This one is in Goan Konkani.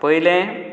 पयलें